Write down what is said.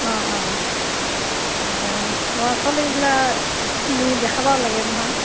অঁ অঁ ল'ৰা ছোৱালী ইগলা নি দেখাবাও লাগে নহয়